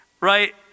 right